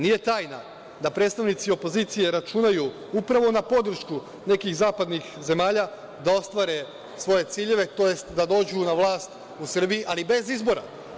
Nije tajna da predstavnici opozicije računaju upravo na podršku nekih zapadnih zemalja da ostvare svoje ciljeve tj. da dođu na vlast u Srbiji ali bez izbora.